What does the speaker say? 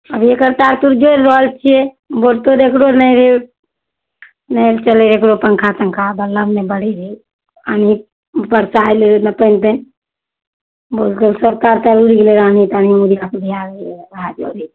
अभी एकर तार तुर जोड़ि रहल छिए बोर्ड तोर्ड एकरो नहि रहै नहि चलै रहै एकरो पन्खा तन्खा बल्ब नहि बरै रहै पानि बरसा अएलै रहै पानि पानि बल्ब तल्ब सब तार उर सब उड़ि गेल रहै आन्हीमे